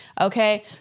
Okay